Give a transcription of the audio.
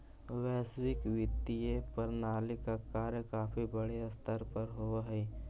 वैश्विक वित्तीय प्रणाली का कार्य काफी बड़े स्तर पर होवअ हई